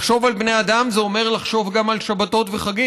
לחשוב על בני אדם זה אומר לחשוב גם על שבתות וחגים.